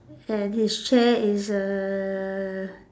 and his chair is err